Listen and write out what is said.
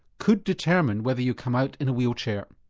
could determine whether you come out in a wheelchair.